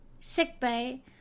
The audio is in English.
sickbay